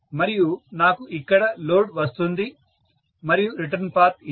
మరియు నాకు ఇక్కడ లోడ్ వస్తుంది మరియు రిటర్న్ పాత్ ఇదే